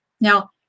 Now